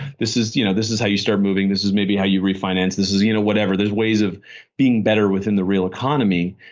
this is you know this is how you start moving, this maybe how you refinance, this is you know whatever. there's ways of being better within the real economy.